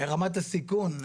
רמת הסיכון,